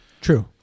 True